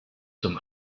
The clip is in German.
zum